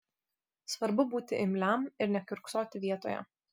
svarbu būti imliam ir nekiurksoti vietoje